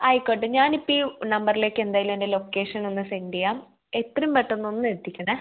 ആയിക്കോട്ടെ ഞാനിപ്പോള് ഈ നമ്പറിലേക്കെന്തായാലും എൻ്റെ ലൊക്കേഷനൊന്ന് സെൻഡ് ചെയ്യാം എത്രയും പെട്ടെന്ന് ഒന്നെത്തിക്കണേ